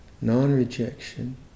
non-rejection